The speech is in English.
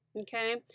Okay